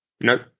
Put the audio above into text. nope